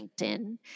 LinkedIn